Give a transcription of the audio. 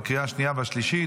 בקריאה השנייה והשלישית.